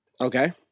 okay